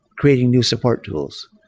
creating new support tools.